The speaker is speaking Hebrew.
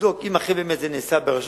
לבדוק אם אכן זה נעשה ברשות,